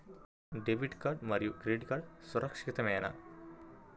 Debit card మరియు credit card సురక్షితమేనా?